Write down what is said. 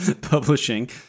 publishing